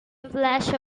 flash